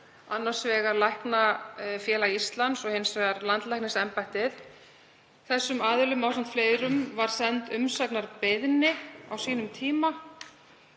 annars vegar Læknafélag Íslands og hins vegar landlæknisembættið, þeim aðilum og fleirum var send umsagnarbeiðni á sínum tíma